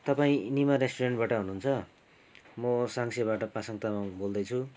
तपाईँ निमा रेस्टुरेन्टबाट हुनुहुन्छ म साङ्सेबाट पासाङ तामाङ बोल्दैछु